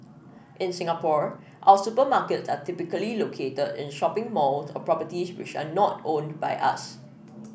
in Singapore our supermarkets are typically located in shopping malls or properties which are not owned by us